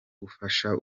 gufasha